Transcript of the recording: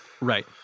Right